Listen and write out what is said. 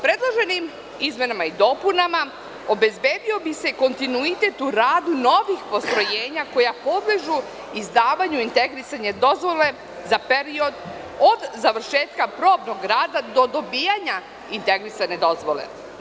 Predloženim izmenama i dopunama obezbedio bi se kontinuitet u radu novih postrojenja koja podležu izdavanju i integrisanju dozvole za period od završetka probnog rada do dobijanja integrisane dozvole.